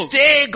Stay